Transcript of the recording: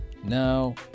now